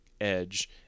edge